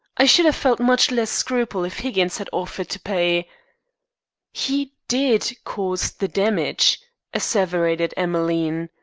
i should have felt much less scruple if higgins had offered to pay he did cause the damage asseverated emmeline.